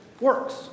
works